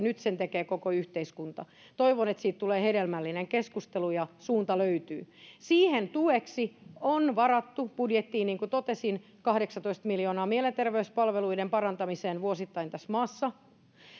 nyt sen tekee koko yhteiskunta toivon että siitä tulee hedelmällinen keskustelu ja suunta löytyy siihen tueksi on varattu budjettiin niin kuin totesin kahdeksantoista miljoonaa mielenterveyspalveluiden parantamiseen vuosittain tässä maassa